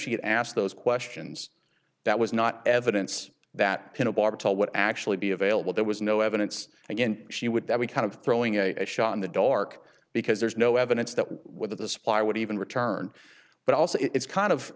had asked those questions that was not evidence that would actually be available there was no evidence again she would that we kind of throwing a shot in the dark because there's no evidence that whether the supply would even return but also it's kind of